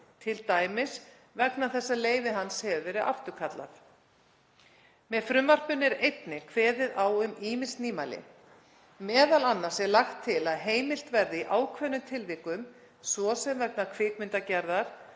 t.d. vegna þess að leyfi hans hefur verið afturkallað. Með frumvarpinu er einnig kveðið á um ýmis nýmæli, m.a. er lagt til að heimilt verði í ákveðnum tilvikum, svo sem vegna kvikmyndagerðar,